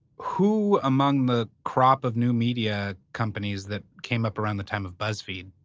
who among the crop of new media companies that came up around the time of buzzfeed,